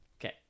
Okay